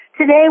Today